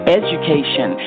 education